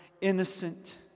innocent